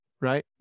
right